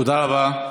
תודה רבה.